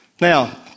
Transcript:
Now